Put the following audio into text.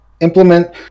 implement